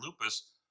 lupus